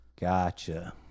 Gotcha